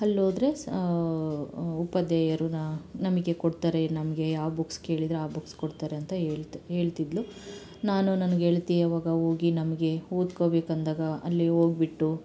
ಅಲ್ ಹೋದ್ರೆ ಸ ಉಪಾಧ್ಯಾಯರು ನ ನಮಗೆ ಕೊಡ್ತಾರೆ ನಮಗೆ ಯಾವ ಬುಕ್ಸ್ ಕೇಳಿದರೆ ಆ ಬುಕ್ಸ್ ಕೊಡ್ತಾರೆ ಅಂತ ಹೇಳ್ತ್ ಹೇಳ್ತಿದ್ಲು ನಾನು ನನ್ನ ಗೆಳತಿ ಅವಾಗ ಹೋಗಿ ನಮಗೆ ಓದ್ಕೋಬೇಕ್ ಅಂದಾಗ ಅಲ್ಲಿಗೆ ಹೋಗ್ಬಿಟ್ಟು